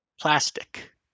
plastic